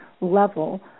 level